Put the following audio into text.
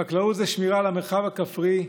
חקלאות זה שמירה על המרחב הכפרי,